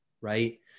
right